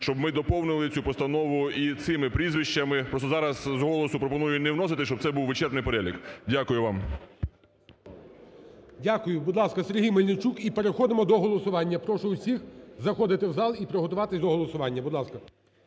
щоб ми доповнили цю постанову і цими прізвищами. Просто зараз з голосу пропоную не вносити, щоб це був вичерпний перелік. Дякую вам. ГОЛОВУЮЧИЙ. Дякую. Будь ласка, Сергій Мельничук. І переходимо до голосування. Прошу усіх заходити у зал і приготуватися до голосування. Будь ласка.